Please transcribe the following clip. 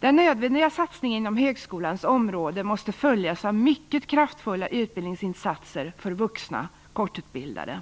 Den nödvändiga satsningen på högskolans område måste följas av mycket kraftfulla utbildningsinsatser för vuxna kortutbildade.